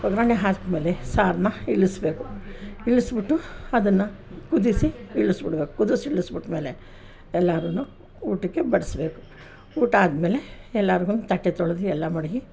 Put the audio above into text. ಒಗ್ಗರಣೆ ಹಾಕಿದ ಮೇಲೆ ಸಾರನ್ನ ಇಳಿಸ್ಬೇಕು ಇಳಿಸ್ಬಿಟ್ಟು ಅದನ್ನು ಕುದಿಸಿ ಇಳ್ಸಿಬಿಡ್ಬೇಕು ಕುದಿಸಿ ಇಳಿಸಿಬಿಟ್ಮೇಲೆ ಎಲ್ಲರೂನು ಊಟಕ್ಕೆ ಬಡಿಸ್ಬೇಕು ಊಟ ಆದಮೇಲೆ ಎಲ್ಲರಿಗೂನು ತಟ್ಟೆ ತೊಳ್ದು ಎಲ್ಲ ಮಡಗಿ